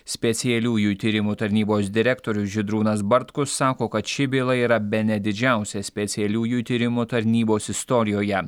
specialiųjų tyrimų tarnybos direktorius žydrūnas bartkus sako kad ši byla yra bene didžiausia specialiųjų tyrimų tarnybos istorijoje